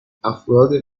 افراد